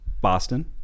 boston